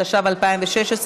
התשע"ו 2016,